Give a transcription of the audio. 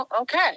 okay